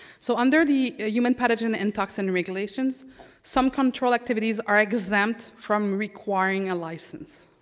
so under the human pathogen and toxin regulations some control activities are exempt from requiring a license.